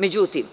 Međutim,